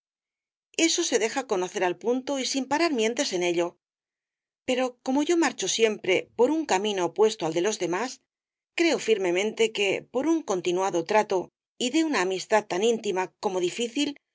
eso se deja conocer al punto y sin parar mientes en ello pero como yo marcho siempre por un camino opuesto al de los demás creo firmemente que por un continuado trato y de una amistad tan íntima como difícil